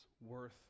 worth